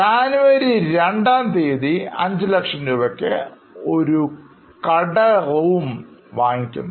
2nd January ൽ 500000രൂപയ്ക്ക് ഒരു കട മുറി വാങ്ങുന്നു